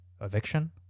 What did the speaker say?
Eviction